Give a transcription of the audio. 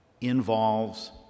involves